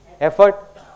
effort